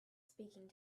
speaking